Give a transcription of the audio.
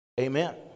Amen